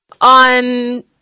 On